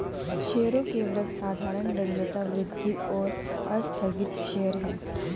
शेयरों के वर्ग साधारण, वरीयता, वृद्धि और आस्थगित शेयर हैं